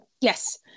Yes